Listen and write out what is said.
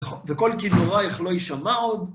וקול כינורייך לא יישמע עוד.